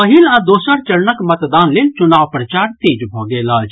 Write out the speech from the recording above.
पहिल आ दोसर चरणक मतदान लेल चुनाव प्रचार तेज भऽ गेल अछि